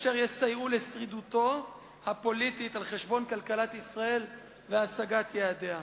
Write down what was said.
אשר יסייעו לשרידותו הפוליטית על-חשבון כלכלת ישראל והשגת יעדיה.